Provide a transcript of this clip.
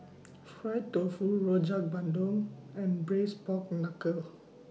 Fried Tofu Rojak Bandung and Braised Pork Knuckle